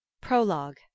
Prologue